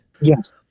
Yes